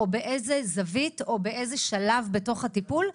באיזו זווית או באיזה שלב בתוך הטיפול?